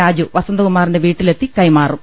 രാജു വസന്തകുമാറിന്റെ വീട്ടിലെത്തി കൈമാറും